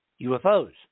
UFOs